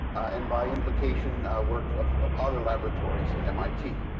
and by implication, work of other laboratories at mit.